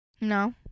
no